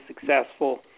successful